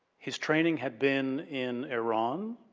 his training had been in iran,